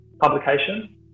publication